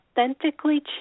authentically